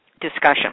discussion